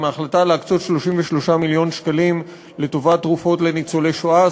עם ההחלטה להקצות 33 מיליון שקלים לטובת תרופות לניצולי שואה.